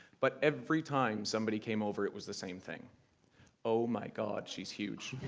but every time somebody came over, it was the same thing oh my god, she's huge!